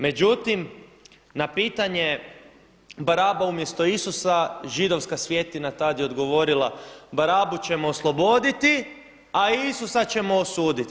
Međutim na pitanje Baraba umjesto Isusa, židovska svjetina tad je odgovorila Barabu ćemo osloboditi, a Isusa ćemo osuditi.